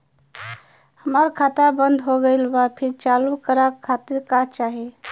हमार खाता बंद हो गइल बा फिर से चालू करा खातिर का चाही?